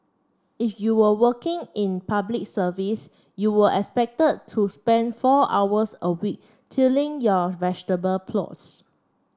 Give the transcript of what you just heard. if you were working in Public Service you were expected to spend four hours a week tilling your vegetable plots